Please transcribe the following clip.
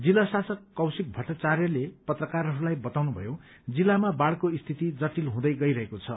जिल्ला शासक कौशिक भट्टाचार्यले पत्रकारहरूलाई बताउनु भयो जिल्लामा बाढ़को स्थिति जटिल हुँदै गइरहेको छ